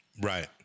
Right